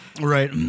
Right